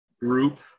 group